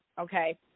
okay